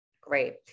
Great